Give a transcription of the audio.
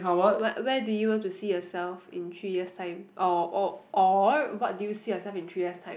what where do you want to see yourself in three years time or or or what do you see yourself in three years time